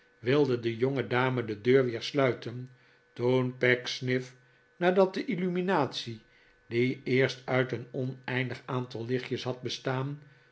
wilde de jongedame de deur weer sluiten toen pecksniff nadat de illuminatie die eerst uit een oneindig aantal lichtjes had bestaan